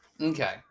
Okay